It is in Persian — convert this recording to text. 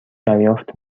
دریافت